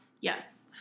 Yes